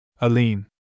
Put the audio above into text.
Aline